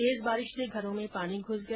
तेज बारिश से घरों में पानी घूस गया